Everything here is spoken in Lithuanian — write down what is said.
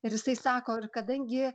ir jisai sako ir kadangi